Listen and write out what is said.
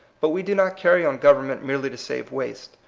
but we do not carry on government merely to save waste.